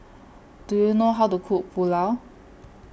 Do YOU know How to Cook Pulao